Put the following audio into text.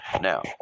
Now